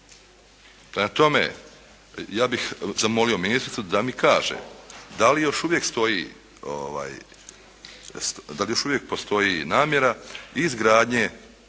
tome, ja bih zamolio ministricu da mi kaže da li još uvijek postoji namjera izgradnje